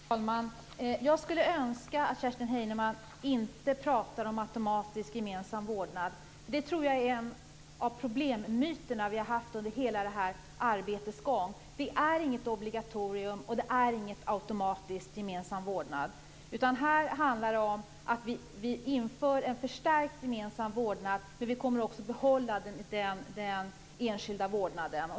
Fru talman! Jag skulle önska att Kerstin Heinemann inte pratade om automatisk gemensam vårdnad. Det tror jag är en av problemmyterna vi har haft under hela detta arbetes gång. Det är inget obligatorium, och det är ingen automatisk gemensam vårdnad. Här handlar det om att vi inför en förstärkt gemensam vårdnad, men vi kommer också att behålla den enskilda vårdnaden.